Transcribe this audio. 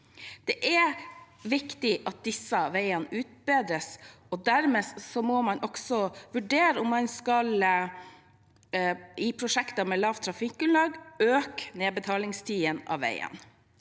Det er viktig at disse veiene utbedres, og dermed må man også vurdere om man i prosjekter med lavt trafikkgrunnlag skal øke nedbetalingstiden av veien.